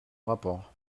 rapport